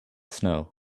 snow